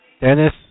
Dennis